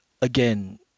again